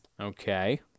Okay